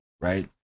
right